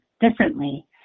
differently